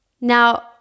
Now